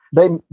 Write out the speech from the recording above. they,